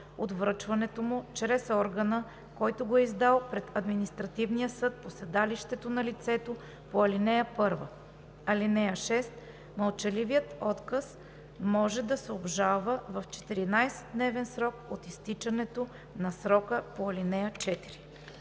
от връчването му чрез органа, който го е издал, пред административния съд по седалището на лицето по ал. 1. (6) Мълчаливият отказ може да се обжалва в 14 дневен срок от изтичането на срока по ал. 4.“